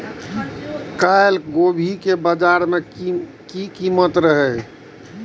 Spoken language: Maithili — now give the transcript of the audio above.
कल गोभी के बाजार में की कीमत रहे?